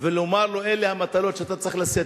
ולומר לו: אלה המטלות שאתה צריך לשאת,